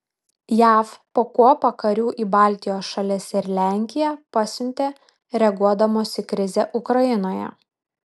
jav po kuopą karių į baltijos šalis ir lenkiją pasiuntė reaguodamos į krizę ukrainoje